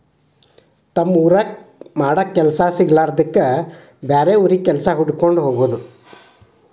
ತಮ್ಮ ಊರಾಗ ಮಾಡಾಕ ಕೆಲಸಾ ಸಿಗಲಾರದ್ದಕ್ಕ ಬ್ಯಾರೆ ಊರಿಗೆ ಕೆಲಸಾ ಹುಡಕ್ಕೊಂಡ ಹೊಗುದು